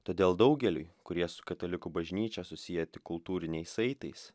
todėl daugeliui kurie su katalikų bažnyčia susieti kultūriniais saitais